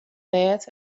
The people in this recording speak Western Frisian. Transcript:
bêd